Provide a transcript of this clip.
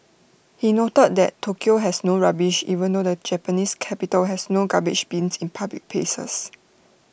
he noted that Tokyo has no rubbish even though the Japanese capital has no garbage bins in public places